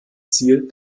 ziel